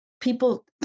people